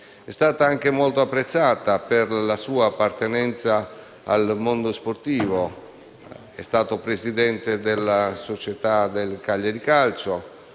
È stato anche molto apprezzato per la sua appartenenza al mondo sportivo. Egli è stato Presidente della società Cagliari calcio,